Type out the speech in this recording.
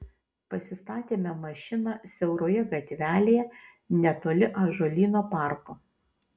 pasistatėme mašiną siauroje gatvelėje netoli ąžuolyno parko